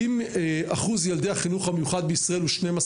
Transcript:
אם אחוז ילדי החינוך מיוחד בישראל הוא 12%,